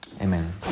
Amen